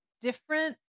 different